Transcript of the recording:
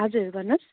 हजुर भन्नुहोस्